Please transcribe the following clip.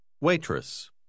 Waitress